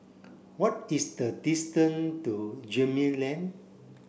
what is the distance to Gemmill Lane